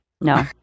no